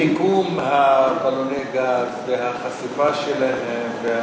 ומיקום בלוני הגז והחשיפה שלהם.